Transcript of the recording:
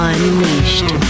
Unleashed